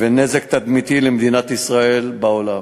ולנזק תדמיתי למדינת ישראל בעולם.